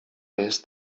jest